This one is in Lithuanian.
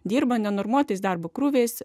dirba nenormuotas darbo krūviais